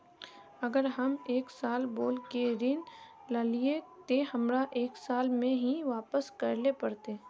अगर हम एक साल बोल के ऋण लालिये ते हमरा एक साल में ही वापस करले पड़ते?